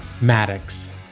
Maddox